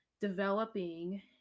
developing